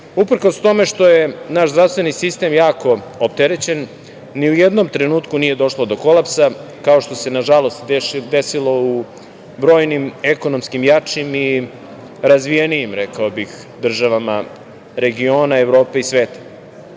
tome što je naš zdravstveni sistem jako opterećen, ni u jednom trenutku nije došlo do kolapsa, kao što se nažalost desilo u brojnim ekonomskim, jačim i razvijenim, rekao bih, državama, regiona Evrope i sveta.